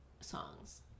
songs